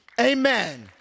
Amen